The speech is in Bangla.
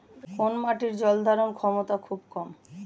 কোন মাটির জল ধারণ ক্ষমতা খুব কম?